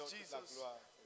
Jesus